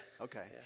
Okay